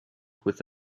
with